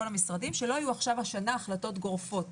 המשרדים שלא יהיו השנה החלטות גורפות,